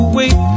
wait